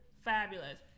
Fabulous